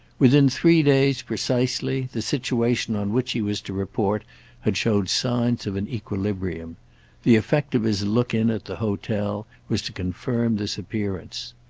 within three days, precisely, the situation on which he was to report had shown signs of an equilibrium the effect of his look in at the hotel was to confirm this appearance.